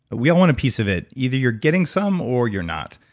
we all want a piece of it. either you're getting some or you're not.